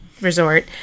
resort